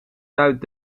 duidt